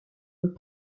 und